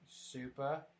Super